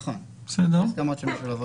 נכון, שתי הסכמות שמשולבות בתהליך.